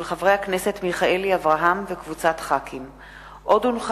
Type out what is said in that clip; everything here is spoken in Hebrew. מאת חברי הכנסת אורי מקלב, משה גפני ויוליה